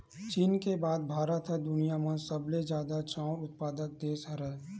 चीन के बाद भारत ह दुनिया म सबले जादा चाँउर उत्पादक देस हरय